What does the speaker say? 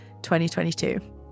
2022